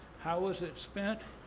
how was that spent?